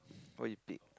what you pick